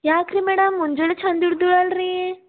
ಯಾಕೆ ರೀ ಮೇಡಮ್ ಮುಂಜಾನೆ ಚಂದಿದ್ದಳಲ್ಲ ರೀ